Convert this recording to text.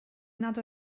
nad